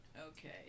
okay